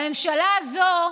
והממשלה הזו,